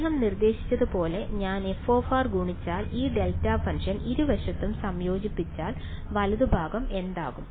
അദ്ദേഹം നിർദ്ദേശിച്ചതുപോലെ ഞാൻ f ഗുണിച്ചാൽ ഈ ഡെൽറ്റ ഫംഗ്ഷൻ ഇരുവശത്തും സംയോജിപ്പിച്ചാൽ വലതുഭാഗം എന്താകും